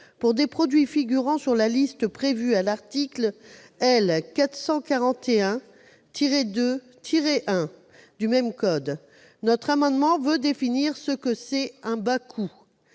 pour des produits figurant sur la liste prévue à l'article L. 441-2-1 du même code. Notre amendement vise à définir ce qu'est un bas coût.